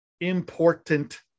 Important